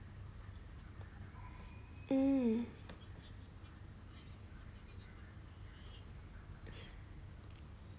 um